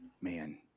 man